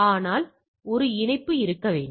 ஆனால் ஒரு இணைப்பு இருக்க வேண்டும்